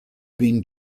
been